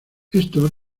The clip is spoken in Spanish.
esto